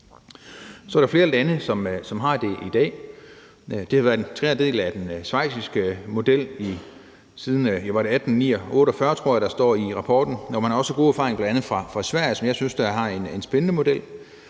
er der flere lande, som har det i dag. Det har været en integreret del af den schweiziske model siden 1848, tror jeg der står i rapporten. Man har også gode erfaringer bl.a. fra Sverige, som jeg synes har en spændende model.